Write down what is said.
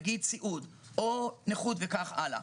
נגיד סיעוד או נכות וכך הלאה.